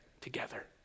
together